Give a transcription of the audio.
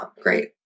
Great